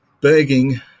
begging